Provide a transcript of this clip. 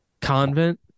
convent